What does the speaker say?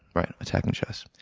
attacking chess.